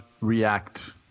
react